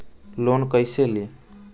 Loan कईसे ली?